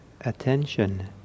attention